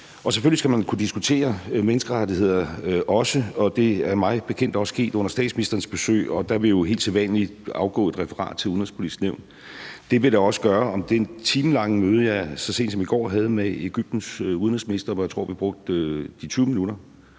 Selvfølgelig skal man også kunne diskutere menneskerettigheder, og det er mig bekendt også sket under statsministerens besøg. Der vil jo helt som sædvanlig afgå et referat til Det Udenrigspolitiske Nævn. Det vil der også gøre om det timelange møde, jeg så sent som i går havde med Egyptens udenrigsminister, hvor jeg tror vi brugte de 20 minutter